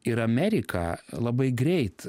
ir amerika labai greit